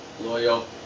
loyal